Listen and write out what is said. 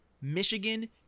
Michigan